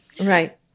Right